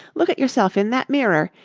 look at yourself in that mirror.